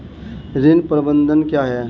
ऋण प्रबंधन क्या है?